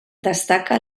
destaca